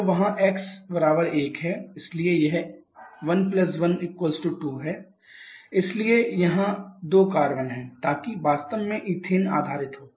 तो वहाँ x 1 है इसलिए यह 11 2 है इसलिए यहां 2 कार्बन हैं ताकि वास्तव में ईथेन आधारित हो